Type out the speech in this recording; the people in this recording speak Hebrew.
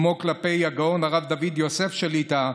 כמו כלפי הגאון הרב דוד יוסף שליט"א,